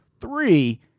Three